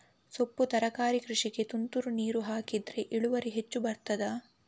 ಸೊಪ್ಪು ತರಕಾರಿ ಕೃಷಿಗೆ ತುಂತುರು ನೀರು ಹಾಕಿದ್ರೆ ಇಳುವರಿ ಹೆಚ್ಚು ಬರ್ತದ?